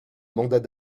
mandat